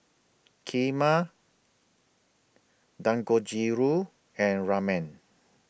Kheema Dangojiru and Ramen